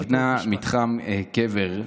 נבנה מתחם קבר,